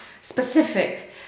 specific